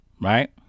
right